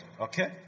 okay